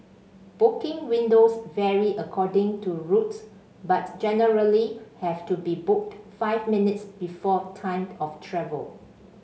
booking windows vary according to route but generally have to be booked five minutes before time of travel